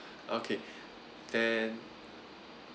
okay then